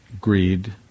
greed